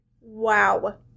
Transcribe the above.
Wow